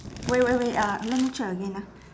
wait wait wait uh let me check again ah